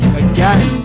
again